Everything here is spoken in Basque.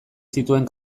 zituen